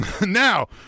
now